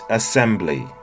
assembly